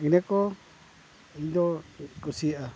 ᱤᱱᱟᱹ ᱠᱚ ᱤᱧ ᱫᱚ ᱠᱩᱥᱤᱭᱟᱜᱼᱟ